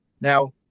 now